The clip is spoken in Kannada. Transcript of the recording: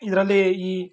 ಇದರಲ್ಲಿ ಈ